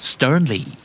Sternly